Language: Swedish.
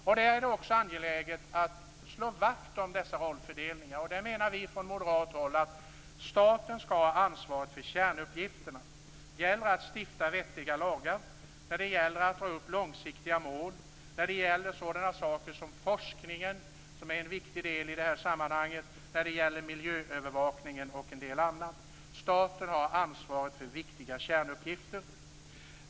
Det är angeläget att slå vakt om dessa rollfördelningar, och vi menar från moderat håll att staten skall ha ansvaret för kärnuppgifterna genom att stifta vettiga lagar och dra upp långsiktiga mål. Forskningen är en viktig del i detta sammanhang liksom miljöövervakningen och en del annat. Staten har ansvaret för viktiga kärnuppgifter.